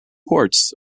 ports